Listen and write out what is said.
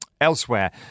Elsewhere